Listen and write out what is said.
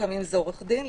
לפעמים זה עורך דין,